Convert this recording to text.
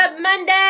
Monday